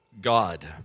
God